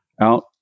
out